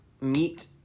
meat